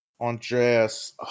Andreas